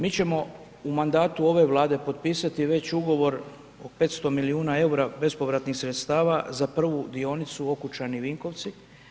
Mi ćemo u mandatu ove Vlade potpisati već ugovor o 500 milijuna eura bespovratnih sredstava za prvu dionicu Okučani-Vinkovci.